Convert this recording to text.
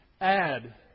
add